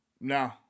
No